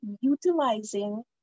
utilizing